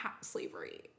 slavery